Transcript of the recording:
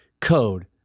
code